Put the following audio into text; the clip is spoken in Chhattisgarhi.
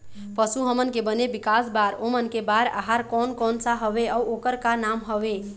पशु हमन के बने विकास बार ओमन के बार आहार कोन कौन सा हवे अऊ ओकर का नाम हवे?